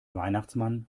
weihnachtsmann